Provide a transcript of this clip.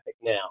now